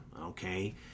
okay